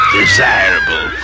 desirable